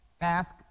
ask